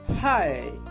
Hi